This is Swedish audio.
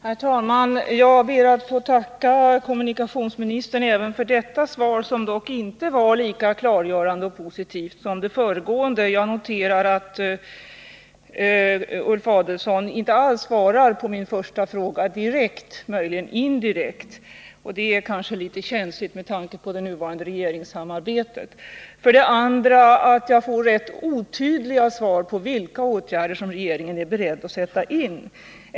Herr talman! Jag ber att få tacka kommunikationsministern även för detta svar, som dock inte var lika klargörande och positivt som det föregående. Jag noterar för det första att Ulf Adelsohn inte alls svarar på min första fråga direkt — möjligen indirekt — och det är kanske litet känsligt med tanke på det nuvarande regeringssamarbetet. Jag noterar för det andra att jag får rätt otydliga svar på frågan om vilka åtgärder regeringen är beredd att sätta in.